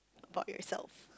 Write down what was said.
about yourself